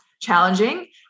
challenging